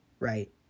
Right